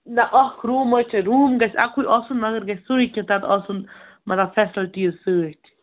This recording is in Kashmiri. نہ اَکھ روٗم حظ چھِ روٗم گژھِ اَکُے آسُن مگر گژھِ سُے کیٚنٛہہ تَتھ آسُن مطلب فیسَلٹیٖز سۭتۍ